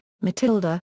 Matilda